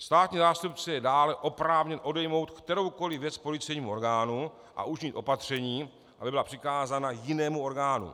Státní zástupce je dále oprávněn odejmout kteroukoli věc policejnímu orgánu a učinit opatření, aby byla přikázána jinému orgánu.